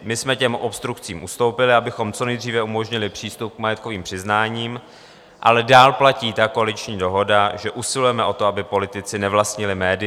My jsme těm obstrukcím ustoupili, abychom co nejdříve umožnili přístup k majetkovým přiznáním, ale dál platí koaliční dohoda, že usilujeme o to, aby politici nevlastnili média.